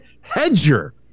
Hedger